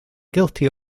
guilty